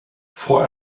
for